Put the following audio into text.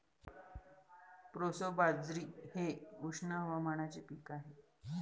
proso बाजरी हे उष्ण हवामानाचे पीक आहे